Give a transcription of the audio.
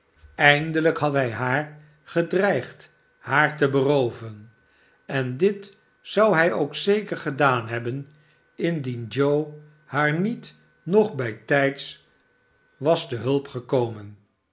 eindelijk had hij gedreigd haar te berooven en dit zou hij ook zeker gedaan hebben indien joe haar niet nog bijtijds was te hulp gekomen